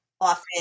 Often